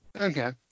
Okay